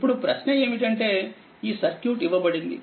ఇప్పుడు ప్రశ్న ఏమిటంటేఈ సర్క్యూట్ ఇవ్వబడింది